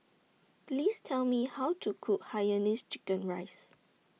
Please Tell Me How to Cook Hainanese Chicken Rice